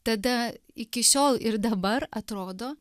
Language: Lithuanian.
tada iki šiol ir dabar atrodo